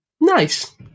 Nice